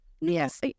yes